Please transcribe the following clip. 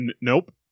nope